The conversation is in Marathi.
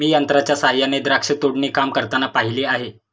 मी यंत्रांच्या सहाय्याने द्राक्ष तोडणी काम करताना पाहिले आहे